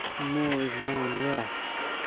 more is my unrest.